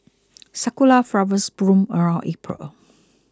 sakura flowers bloom around April